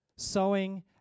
Sowing